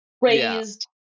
raised